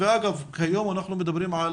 אגב, כיום אנחנו מדברים על